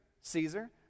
Caesar